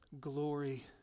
glory